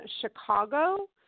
Chicago